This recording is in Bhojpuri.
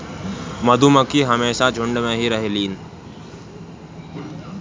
मधुमक्खी हमेशा झुण्ड में ही रहेलीन